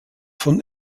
von